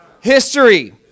history